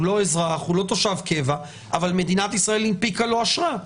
הוא לא אזרח או תושב קבע אבל מדינת ישראל הנפיקה לו אשרה.